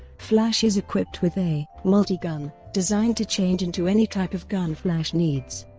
flash is equipped with a multi-gun designed to change into any type of gun flash needs.